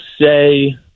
say